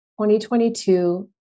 2022